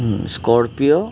scorpio